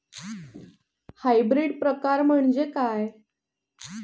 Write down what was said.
Hybrid प्रकार म्हणजे काय?